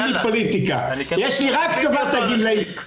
אין לי פוליטיקה, יש לי רק טובת הגמלאים.